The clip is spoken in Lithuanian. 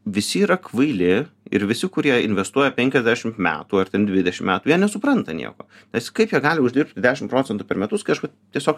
visi yra kvaili ir visi kurie investuoja penkiasdešimt metų ar ten dvidešim metų jie nesupranta nieko nes kaip jie gali uždirbti dešim procentų per metus kai aš vat tiesiog